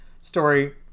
story